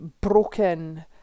broken